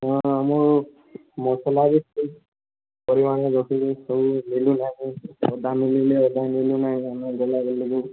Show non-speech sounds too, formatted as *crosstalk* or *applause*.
ହଁ ମୁଁ ମସଲା ବି *unintelligible* ସବୁ ମିଲୁନାହିଁ ଅଧା ମିଳିଲେ ଅଧା ମିଲୁ ନାହିଁ ଆମେ ଗଲା ବେଲକୁ